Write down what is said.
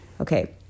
Okay